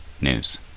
news